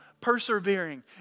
persevering